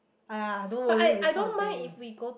!aiya! don't worry with this kind of thing